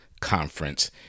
Conference